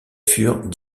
furent